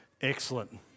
Excellent